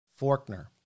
Forkner